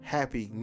Happy